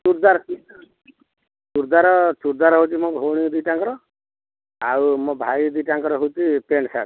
ଚୁଡ଼ିଦାର ଚୁଡ଼ିଦାର ଚୁଡ଼ିଦାର ହେଉଛି ମୋ ଭଉଣୀ ଦୁଇଟାଙ୍କର ଆଉ ମୋ ଭାଇ ଦୁଇଟାଙ୍କର ହେଉଛି ପ୍ୟାଣ୍ଟ ସାର୍ଟ